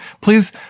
Please